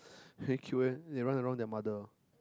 very cute eh they run around their mother